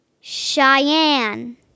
Cheyenne